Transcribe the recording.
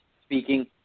speaking